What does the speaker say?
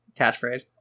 catchphrase